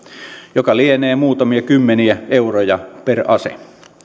joka lienee muutamia kymmeniä euroja per ase